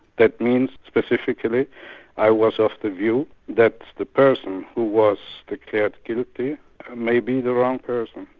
that means specifically i was of the view that the person who was declared guilty may be the wrong person,